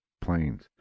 planes